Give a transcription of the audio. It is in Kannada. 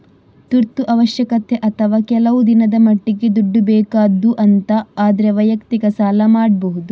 ತುರ್ತು ಅವಶ್ಯಕತೆ ಅಥವಾ ಕೆಲವು ದಿನದ ಮಟ್ಟಿಗೆ ದುಡ್ಡು ಬೇಕಾದ್ದು ಅಂತ ಆದ್ರೆ ವೈಯಕ್ತಿಕ ಸಾಲ ಮಾಡ್ಬಹುದು